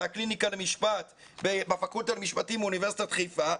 והקליניקה למשפט בפקולטה למשפטים באוניברסיטת חיפה.